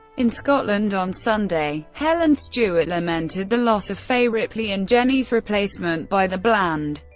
in scotland on sunday, helen stewart lamented the loss of fay ripley and jenny's replacement by the bland,